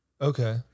Okay